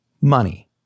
money